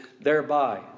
thereby